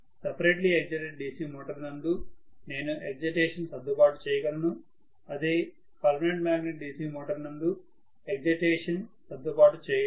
separately excited DC motor నందు నేను excitation సర్దుబాటు చేయగలరు అదే పర్మనెంట్ మాగ్నెట్ DC మోటార్ నందు ఎగ్జైటేషన్ సర్దుబాటు చేయలేను